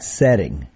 setting